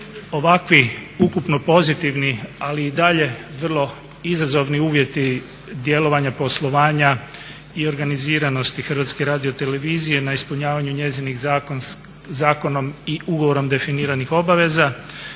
ovakvi ukupno pozitivni ali i dalje vrlo izazovni uvjeti djelovanja poslovanja i organiziranosti Hrvatske radiotelevizije na ispunjavanju njezinih zakonom i ugovorom definiranih obaveza